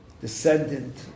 descendant